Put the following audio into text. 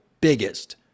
biggest